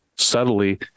subtly